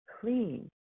clean